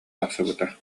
тахсыбыта